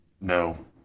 No